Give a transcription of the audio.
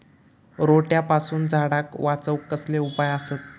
रोट्यापासून झाडाक वाचौक कसले उपाय आसत?